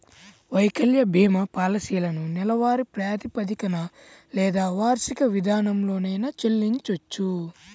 వైకల్య భీమా పాలసీలను నెలవారీ ప్రాతిపదికన లేదా వార్షిక విధానంలోనైనా చెల్లించొచ్చు